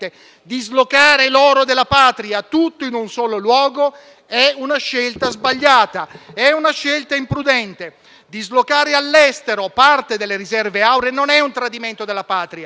dislocare l'oro della Patria tutto in un solo luogo è una scelta sbagliata, è una scelta imprudente. Dislocare all'estero parte delle riserve auree non è un tradimento della patria,